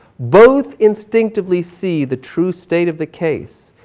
both instinctively see the true state of the case,